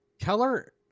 Keller